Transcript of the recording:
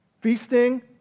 feasting